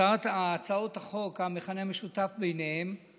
הצעות החוק, המכנה המשותף ביניהן הוא